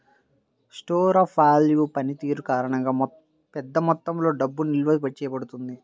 store of value పనితీరు కారణంగా, పెద్ద మొత్తంలో డబ్బు నిల్వ చేయబడుతుంది